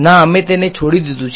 ના અમે તેને છોડી દીધું છે